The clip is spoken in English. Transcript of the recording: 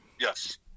Yes